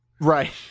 Right